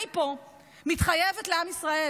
אני פה מתחייבת לעם ישראל.